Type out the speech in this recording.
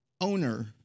owner